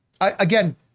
Again